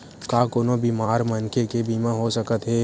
का कोनो बीमार मनखे के बीमा हो सकत हे?